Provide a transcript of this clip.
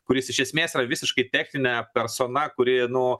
kuris iš esmės yra visiškai techninė persona kuri nu